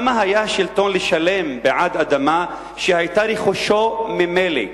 למה היה על השלטון לשלם בעד אדמה שהיתה רכושו ממילא?"